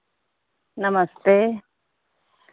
नमस्ते